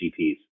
GPs